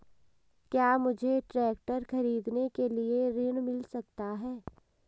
क्या मुझे ट्रैक्टर खरीदने के लिए ऋण मिल सकता है?